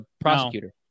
prosecutor